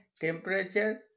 temperature